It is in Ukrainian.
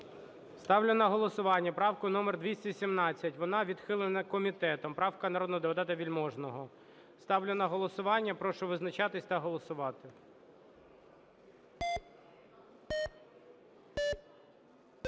Ставлю на голосування правку номер 217, вона відхилена комітетом, правка народного депутата Вельможного. Ставлю на голосування, прошу визначатись та голосувати. 13:35:40